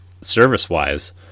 service-wise